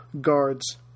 guards